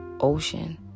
ocean